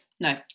No